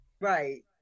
Right